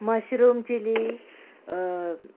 mushroom chilly